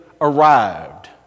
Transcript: arrived